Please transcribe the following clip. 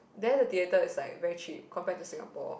there the theater is like very cheap compared to Singapore